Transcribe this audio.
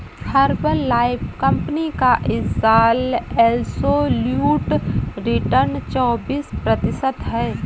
Herbalife company का इस साल एब्सोल्यूट रिटर्न चौबीस प्रतिशत है